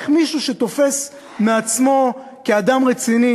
איך מישהו שתופס את עצמו אדם רציני